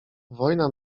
wojna